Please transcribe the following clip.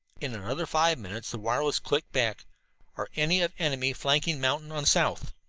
in another five minutes the wireless clicked back are any of enemy flanking mountain on south?